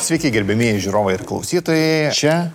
sveiki gerbiamieji žiūrovai ir klausytojai čia